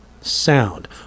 sound